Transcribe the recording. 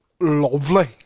lovely